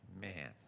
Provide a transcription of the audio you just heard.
Man